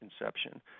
inception